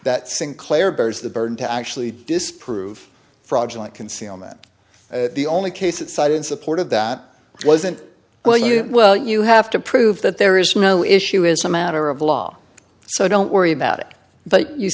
that sinclair bears the burden to actually disprove fraudulent concealment the only case that side in support of that wasn't well you well you have to prove that there is no issue as a matter of law so don't worry about it but you